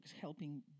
helping